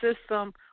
system